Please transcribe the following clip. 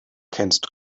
kennst